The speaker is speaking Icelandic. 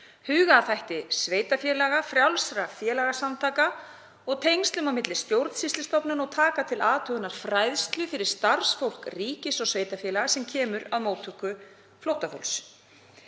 huga að þætti sveitarfélaga, frjálsra félagasamtaka og tengslum milli stjórnsýslustofnana og taka til athugunar fræðslu fyrir starfsfólk ríkis og sveitarfélaga sem kemur að móttöku flóttafólks.